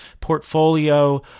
portfolio